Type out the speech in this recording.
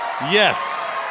Yes